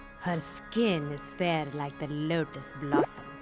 her skin is fair like the lotus blossom.